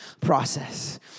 process